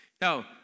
Now